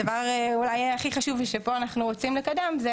הדבר אולי הכי חשוב שאנחנו רוצים לקדם פה,